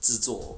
制作